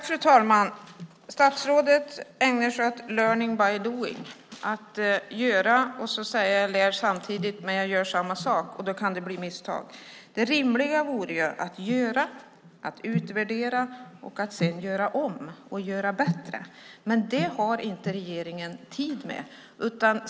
Fru talman! Statsrådet ägnar sig åt learning by doing, det vill säga att göra och samtidigt lära sig samma sak. Det rimliga vore att göra, utvärdera och att sedan göra om och göra bättre. Det har inte regeringen tid med.